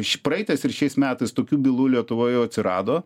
iš praeitais ir šiais metais tokių bylų lietuvoj jau atsirado